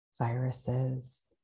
Viruses